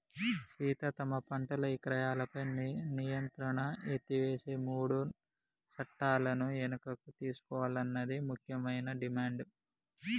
సీత తమ పంటల ఇక్రయాలపై నియంత్రణను ఎత్తివేసే మూడు సట్టాలను వెనుకకు తీసుకోవాలన్నది ముఖ్యమైన డిమాండ్